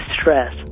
stress